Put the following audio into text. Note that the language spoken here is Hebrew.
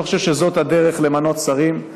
אני לא חושב שזו הדרך למנות שרים,